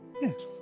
Yes